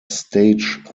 stage